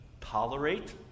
tolerate